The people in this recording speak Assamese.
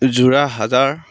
যোৰা হাজাৰ